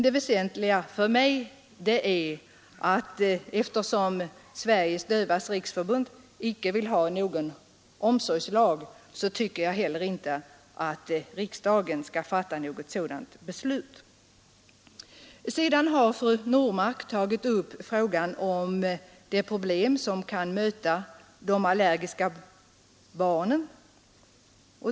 Det väsentliga för mig är att när Sveriges dövas riksförbund inte vill ha någon omsorgslag, så tycker jag inte heller att riksdagen skall fatta något beslut därom. Fru Normark tog upp frågan om de problem som kan möta de allergiska barnen.